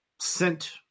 sent